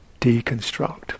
deconstruct